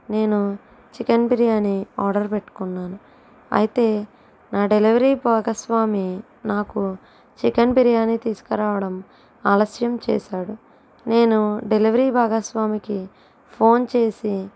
నేను chicken biryani order పెట్టుకున్నాను అయితే నా డెలివరీ భాగస్వామి నాకు చికెన్ బిర్యానీ తీసుకురావడం ఆలస్యం చేశాడు నేను డెలివరీ భాగస్వామికి ఫోన్ చేసి